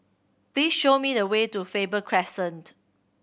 please show me the way to Faber Crescent